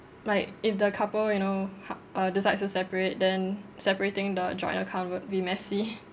like if the couple you know ha~ uh decides to separate then separating the joint account would be messy